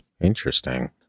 Interesting